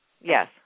Yes